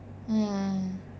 mm